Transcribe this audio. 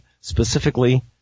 specifically